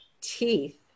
teeth